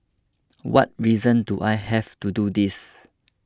what reason do I have to do this